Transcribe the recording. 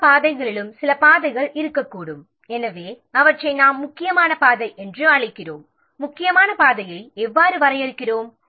எல்லா பாதைகளிலும் சில பாதைகள் இருக்கும் எனவே அவற்றை நாம் முக்கியமான பாதை என்று அழைக்கிறோம் முக்கியமான பாதையை எவ்வாறு வரையறுக்கிறோம்